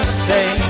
say